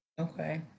Okay